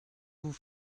vous